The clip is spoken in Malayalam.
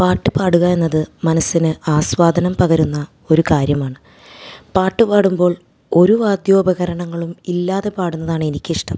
പാട്ടു പാടുക എന്നത് മനസ്സിന് ആസ്വാദനം പകരുന്ന ഒരു കാര്യമാണ് പാട്ടു പാടുമ്പോൾ ഒരു വാദ്യോപകരണങ്ങളും ഇല്ലാതെ പാടുന്നതാണ് എനിക്കിഷ്ടം